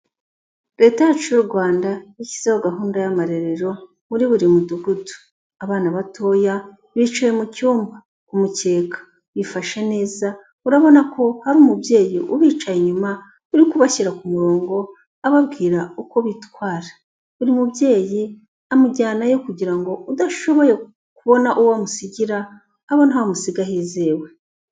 Leta yacu y'u Rwanda yashyizeho gahunda y'amarerero muri buri mudugudu, abana batoya bicaye mu cyumba ku mukeka, bifashe neza urabona ko hari umubyeyi ubicaye inyuma, uri kubashyira ku murongo, ababwira uko bitwara. Buri mubyeyi amujyanayo kugira ngo udashoboye kubona uwo amusigira, abone aho amusiga hizewe.